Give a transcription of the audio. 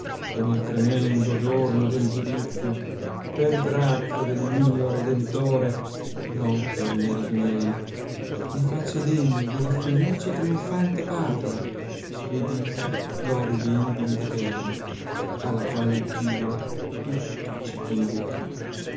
e nel tremendo giorno del giudizio per grazia del mio redentore non per meriti miei mi faccia degno della felice e trionfante patria ed ivi goda i beni di vita eterna alia quale iddio tutti ci conducili